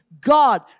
God